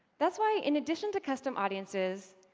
that's why, in addition to custom audiences,